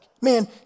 Man